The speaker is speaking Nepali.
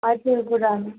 हजुर गुरुमा